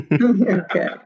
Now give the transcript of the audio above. Okay